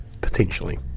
Potentially